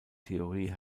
theorie